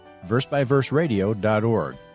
versebyverseradio.org